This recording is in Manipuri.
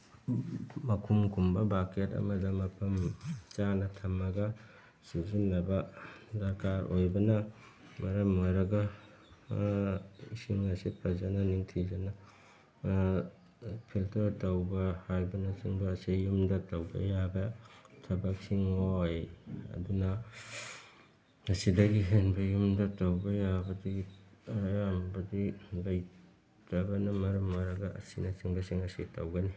ꯃꯈꯨꯝ ꯈꯨꯝꯕ ꯕꯀꯦꯠ ꯑꯃꯗ ꯃꯐꯝ ꯆꯥꯅ ꯊꯝꯃꯒ ꯁꯤꯖꯤꯟꯅꯕ ꯗꯔꯀꯥꯔ ꯑꯣꯏꯕꯅ ꯃꯔꯝ ꯑꯣꯏꯔꯒ ꯏꯁꯤꯡ ꯑꯁꯤ ꯐꯖꯅ ꯅꯤꯡꯊꯤꯖꯅ ꯐꯤꯜꯇꯔ ꯇꯧꯕ ꯍꯥꯏꯕꯅꯆꯤꯡꯕ ꯑꯁꯤ ꯌꯨꯝꯗ ꯇꯧꯕ ꯌꯥꯕ ꯊꯕꯛꯁꯤꯡ ꯑꯣꯏ ꯑꯗꯨꯅ ꯃꯁꯤꯗꯒꯤ ꯍꯦꯟꯕ ꯌꯨꯝꯗ ꯇꯧꯕ ꯌꯥꯕꯗꯤ ꯑꯌꯥꯝꯕꯗꯤ ꯂꯩꯇꯕꯅ ꯃꯔꯝ ꯑꯣꯏꯔꯒ ꯑꯁꯤꯅꯆꯤꯡꯕꯁꯤꯡ ꯑꯁꯤ ꯇꯧꯒꯅꯤ